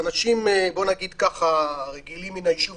אנשים רגילים מן היישוב,